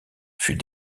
fut